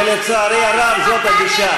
ולצערי הרב זאת הגישה.